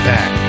Back